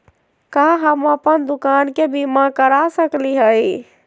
का हम अप्पन दुकान के बीमा करा सकली हई?